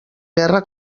guerra